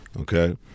Okay